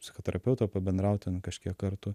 psichoterapeuto pabendraut ten kažkiek kartų